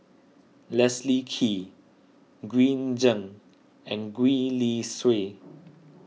Leslie Kee Green Zeng and Gwee Li Sui